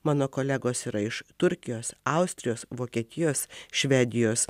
mano kolegos yra iš turkijos austrijos vokietijos švedijos